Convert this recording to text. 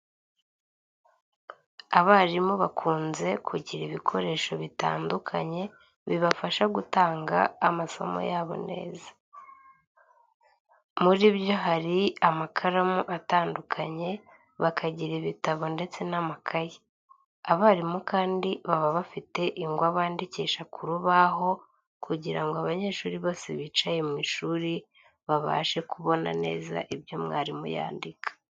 Abarimu bakunze kugira ibikoresho bitandukanye bibafasha gutanga amasomo yabo neza. Muri byo hari amakaramu atandukanye, bakagira ibitabo ndetse n'amakayi. Abarimu kandi baba bafite ingwa bandikisha ku rubaho kugira ngo abanyeshuri bose bicaye mu ishuri babashe kubona neza ibyo mwarimu yandika.